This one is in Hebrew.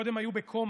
הם קודם היו בקומה,